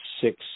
six